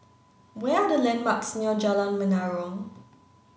we are the landmarks near Jalan Menarong